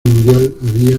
mundial